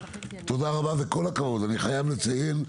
תודה רבה וכל הכבוד על הקשב,